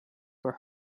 were